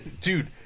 Dude